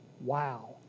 Wow